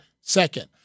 second